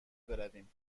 برویم